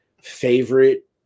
favorite